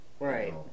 Right